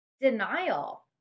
denial